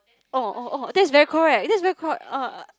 oh oh oh that's very right that's very